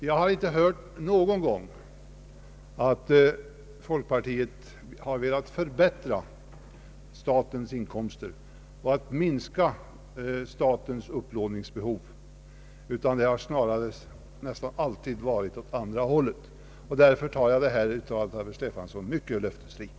Jag har inte någon gång hört att folkpartiet velat förbättra statens inkomster och minska statens upplåningsbehov, utan det har snarare nästan alltid förhållit sig tvärtom. Jag betraktar därför herr Stefansons anförande som mycket löftesrikt.